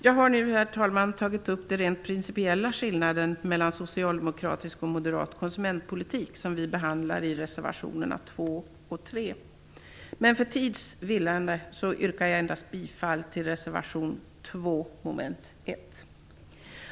Jag har nu, herr talman, tagit upp de rent principiella skillnaderna mellan socialdemokratisk och moderat konsumentpolitik, som vi behandlar i reservationerna 2 och 3. För tids vinnande yrkar jag endast bifall till reservation 2 under mom. 1.